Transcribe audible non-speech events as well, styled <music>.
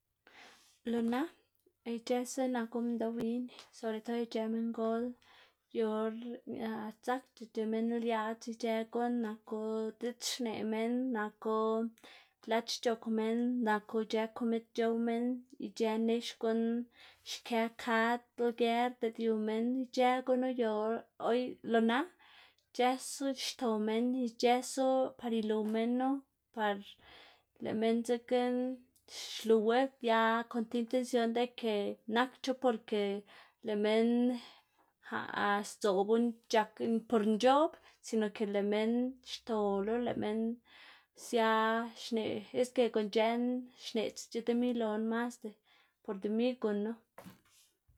Lo na ic̲h̲ësu naku minndoꞌ win sobre todo ic̲h̲ë minngol yu or <hesitation> dzakdac̲h̲a minn liaꞌdz ic̲h̲ë guꞌn naku diꞌdz xneꞌ minn, naku lac̲h̲ c̲h̲ok minn, naku ic̲h̲ë komid c̲h̲ow minn, ic̲h̲ë nex guꞌn xkë kad lger diꞌt yu minn ic̲h̲ë gunu yu or oy lo na ic̲h̲ësu xto minn, ic̲h̲ësu par iluw minnu par lëꞌ minn dzekna xluwu ya kon ti intensión de ke nakdc̲h̲o porke lëꞌ minn <hesitation> sdzoꞌbu c̲h̲ak por nc̲h̲oꞌb sino ke lëꞌ minn xtolo, lëꞌ minn sia xneꞌ ske guꞌn c̲h̲eꞌn xneꞌdzc̲h̲a demi loná masda por demi guꞌnnu. <noise>